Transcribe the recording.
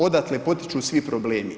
Odatle potiču svi problemi.